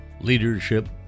leadership